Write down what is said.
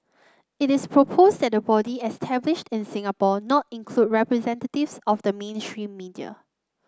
it is proposed that the body established in Singapore not include representatives of the mainstream media